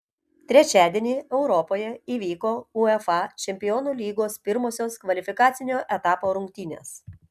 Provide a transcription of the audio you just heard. trečiadienį europoje įvyko uefa čempionų lygos pirmosios kvalifikacinio etapo rungtynės